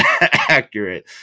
accurate